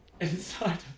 inside